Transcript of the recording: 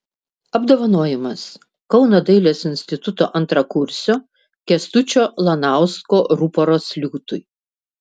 apdovanojimas kauno dailės instituto antrakursio kęstučio lanausko ruporas liūtui